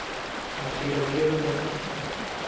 और seat available तो है ना अभी